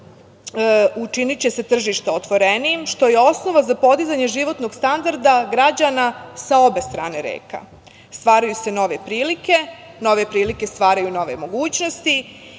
učiniće se tržišta otvorenijim, što je osnova za podizanje životnog standarda građana sa obe strane reka. Stvaraju se nove prilike, nove prilike stvaraju nove mogućnosti